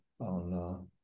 on